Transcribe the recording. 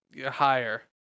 Higher